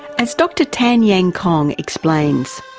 as dr tat yan kong explains,